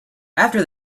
after